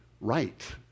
right